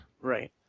Right